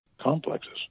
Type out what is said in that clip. complexes